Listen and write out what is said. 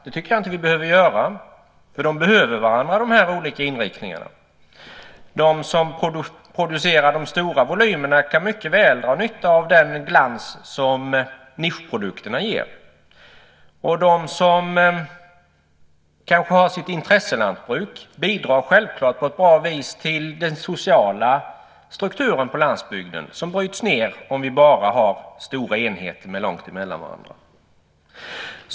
Det tycker jag inte att vi behöver göra. De olika inriktningarna behöver varandra. De som producerar de stora volymerna kan mycket väl dra nytta av den glans som nischprodukterna ger. De som kanske har sitt intresselantbruk bidrar självklart på ett bra vis till den sociala strukturen på landsbygden som bryts ned om vi bara har stora enheter med långt mellan varandra.